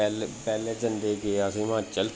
पैह्लें पैह्लें जंदे गे हिमाचल